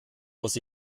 muss